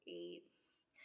eights